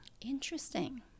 Interesting